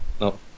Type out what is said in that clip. No